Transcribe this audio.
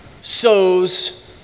sows